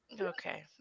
Okay